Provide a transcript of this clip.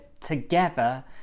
together